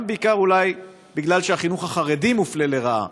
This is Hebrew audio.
בעיקר, אולי, בגלל שהחינוך החרדי מופלה לרעה